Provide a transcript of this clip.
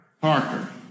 Parker